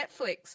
Netflix